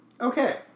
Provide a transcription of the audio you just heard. okay